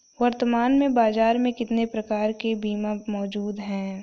वर्तमान में बाज़ार में कितने प्रकार के बीमा मौजूद हैं?